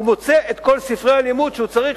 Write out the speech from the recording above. הוא מוצא את כל ספרי הלימוד שהוא צריך